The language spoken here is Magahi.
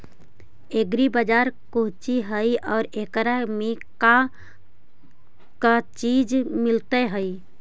एग्री बाजार कोची हई और एकरा में का का चीज मिलै हई?